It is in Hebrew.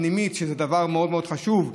וזה דבר מאוד מאוד חשוב.